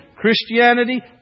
Christianity